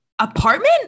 apartment